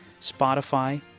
Spotify